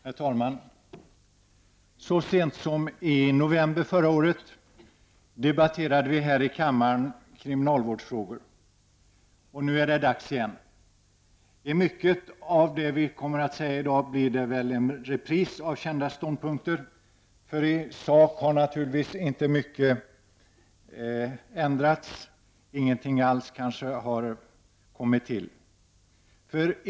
Herr talman! Så sent som i november förra året debatterades kriminalvårdsfrågor här i kammaren. Nu är det dags igen. Mycket av det som vi kommer att säga i dag blir väl en repris av kända ståndpunkter, eftersom det naturligtvis inte är mycket som har ändrats i sak. Det har inte kommit till just någonting nytt.